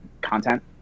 content